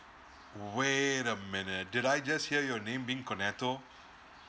wait a minute did I just hear your name being cornetto